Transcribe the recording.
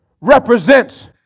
represents